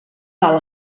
val